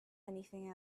anything